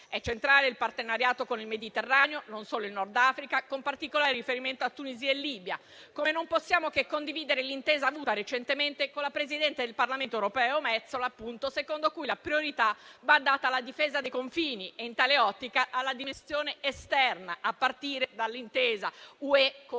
è centrale il partenariato con il Mediterraneo, non solo con il Nord Africa, con particolare riferimento a Tunisia e Libia. Come non possiamo che condividere l'intesa avuta recentemente con la presidente del Parlamento europeo Metsola, secondo cui la priorità va data alla difesa dei confini e, in tale ottica, alla dimensione esterna, a partire dall'intesa UE con la